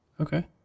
Okay